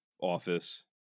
office